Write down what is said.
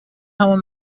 همون